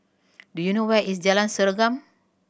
do you know where is Jalan Serengam